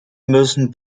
müssen